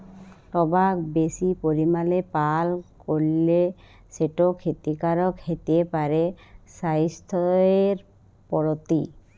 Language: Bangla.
টবাক বেশি পরিমালে পাল করলে সেট খ্যতিকারক হ্যতে পারে স্বাইসথের পরতি